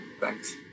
Thanks